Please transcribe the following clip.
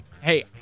Hey